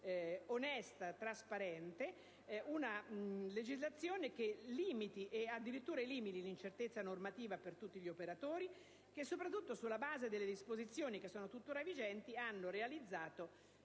onesta e trasparente, una legislazione che limiti, e addirittura elimini, l'incertezza normativa per tutti gli operatori che, sulla base delle disposizioni tuttora vigenti, hanno realizzato